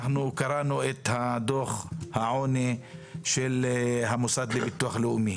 אנחנו קראנו את דוח העוני של המוסד לביטוח לאומי.